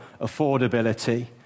affordability